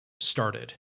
started